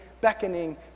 beckoning